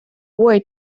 boy